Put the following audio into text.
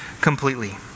completely